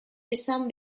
esan